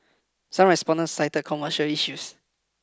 some respondent cited commercial issues